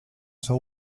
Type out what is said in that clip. sua